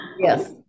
Yes